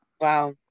Wow